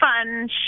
Fun